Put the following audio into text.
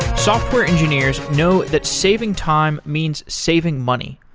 software engineers know that saving time means saving money.